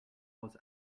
was